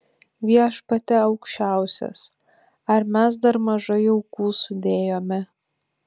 viešpatie aukščiausias ar mes dar mažai aukų sudėjome